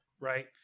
right